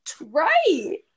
right